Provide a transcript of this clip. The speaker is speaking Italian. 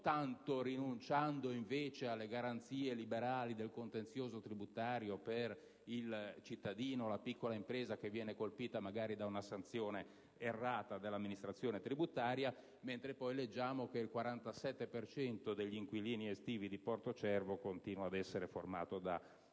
non tanto rinunciando invece alle garanzie liberali del contenzioso tributario per il cittadino o per la piccola impresa, che viene colpita magari da una sanzione errata dell'amministrazione tributaria, mentre poi leggiamo che il 47 per cento degli inquilini estivi di Porto Cervo continua ad essere formato da nullatenenti.